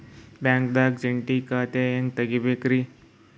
ಬ್ಯಾಂಕ್ದಾಗ ಜಂಟಿ ಖಾತೆ ಹೆಂಗ್ ತಗಿಬೇಕ್ರಿ?